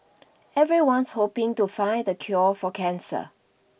everyone's hoping to find the cure for cancer